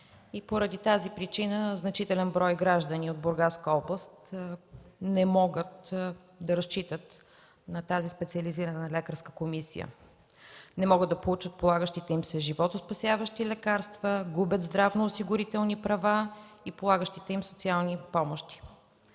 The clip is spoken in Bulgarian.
г. Поради тази причина значителен брой граждани от Бургаска област не могат да разчитат на тази специализирана лекарска комисия – не могат да получат полагащите им се животоспасяващи лекарства, губят здравноосигурителни права и полагащите им се социални помощи.